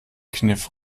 kniff